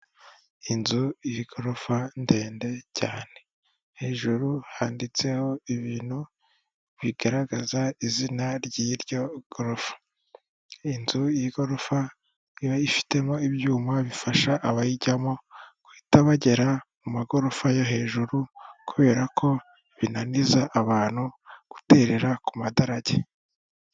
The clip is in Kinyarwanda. Inzu y'igorofa ndende cyane, hejuru handitseho ibintu bigaragaza izina ry'iryo gorof, inzu y'igorofa iba yifitemo ibyuma bifasha abayijyamo guhita bagera mu magorofa yo hejuru kubera ko binaniza abantu guterera ku madarage.